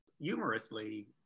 humorously